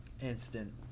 instant